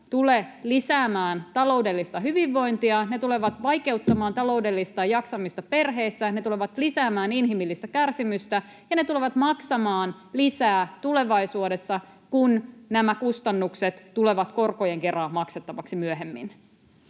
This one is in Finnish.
tule lisäämään taloudellista hyvinvointia. Ne tulevat vaikeuttamaan taloudellista jaksamista perheissä, ne tulevat lisäämään inhimillistä kärsimystä, ja ne tulevat maksamaan lisää tulevaisuudessa, kun nämä kustannukset tulevat korkojen kera maksettavaksi myöhemmin.